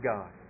God